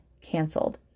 canceled